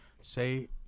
say